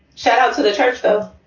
shout out to the church, though.